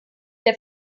der